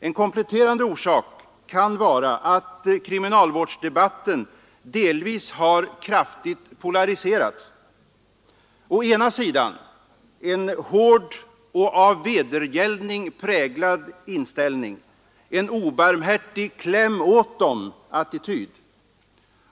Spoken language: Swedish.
En kompletterande orsak kan vara att kriminalvårdsdebatten delvis kraftigt har polariserats. Å ena sidan en hård och av vedergällning präglad inställning, en obarmhärtig kläm-åt-dem-attityd.